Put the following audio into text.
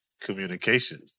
Communication